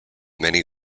many